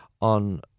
on